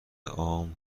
عام